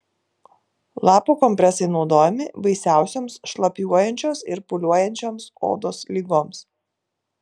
lapų kompresai naudojami baisiausioms šlapiuojančios ir pūliuojančioms odos ligoms